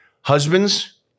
Husbands